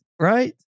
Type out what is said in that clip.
Right